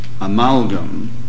amalgam